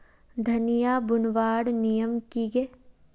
धनिया बूनवार नियम की गे?